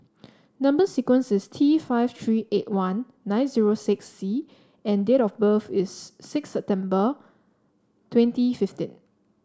number sequence is T five three eight one nine zero six C and date of birth is six September twenty fifteen